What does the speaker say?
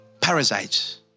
parasites